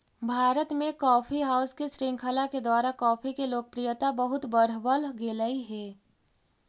भारत में coffee house के श्रृंखला के द्वारा कॉफी के लोकप्रियता बहुत बढ़बल गेलई हे